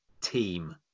team